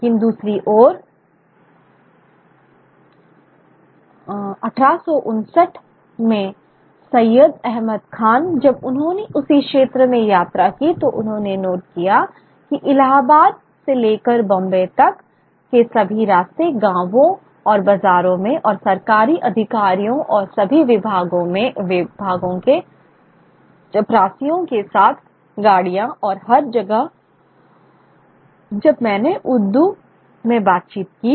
लेकिन दूसरी ओर 1869 में सैयद अहमद खान जब उन्होंने उसी क्षेत्र में यात्रा की तो उन्होंने नोट किया कि इलाहाबाद से लेकर बॉम्बे तक के सभी रास्ते गाँवों और बाजारों में और सरकारी अधिकारियों और सभी विभागों के चपरासियों के साथ गाड़ियाँ और हर जगह जब मैंने उर्दू में बातचीत की